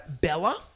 Bella